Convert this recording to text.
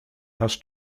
has